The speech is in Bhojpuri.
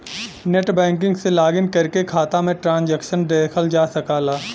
नेटबैंकिंग से लॉगिन करके खाता में ट्रांसैक्शन देखल जा सकला